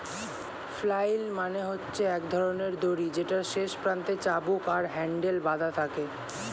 flail মানে হচ্ছে এক ধরণের দড়ি যেটার শেষ প্রান্তে চাবুক আর হ্যান্ডেল বাধা থাকে